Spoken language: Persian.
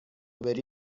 بری